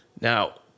Now